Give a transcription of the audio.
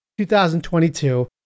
2022